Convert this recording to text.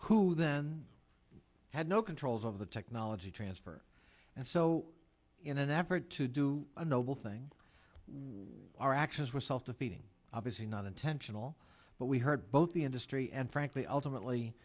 who then had no controls of the technology transfer and so in an effort to do a noble thing where actions were self defeating obviously not intentional but we heard both the industry and frankly ultimately